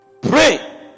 Pray